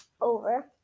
over